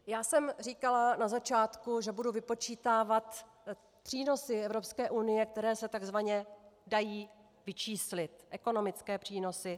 Já jsem říkala na začátku, že budu vypočítávat přínosy EU, které se tzv. dají vyčíslit, ekonomické přínosy.